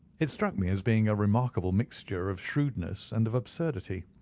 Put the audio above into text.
it struck me as being a remarkable mixture of shrewdness and of absurdity.